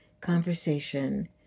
conversation